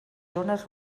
zones